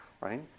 right